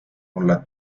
mulle